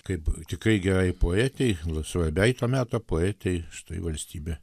kaip tikrai gerai poetei nu svarbiai to meto poetei štai valstybė